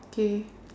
okay